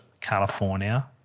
California